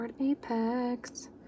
Apex